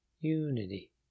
unity